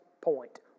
point